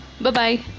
Bye-bye